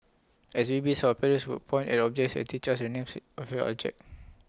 as babies our parents would point at objects and teach us the names of your object